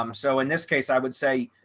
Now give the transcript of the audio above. um so in this case, i would say,